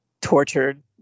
tortured